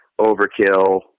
Overkill